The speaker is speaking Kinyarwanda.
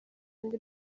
andi